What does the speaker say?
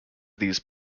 these